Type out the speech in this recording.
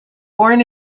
born